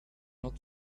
not